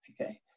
okay